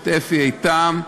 את אפי איתם,